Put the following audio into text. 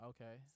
Okay